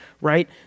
right